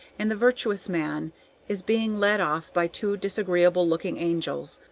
and the virtuous man is being led off by two disagreeable-looking angels,